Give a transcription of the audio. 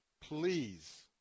please